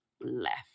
left